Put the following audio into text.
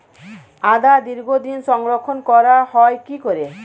আদা দীর্ঘদিন সংরক্ষণ করা হয় কি করে?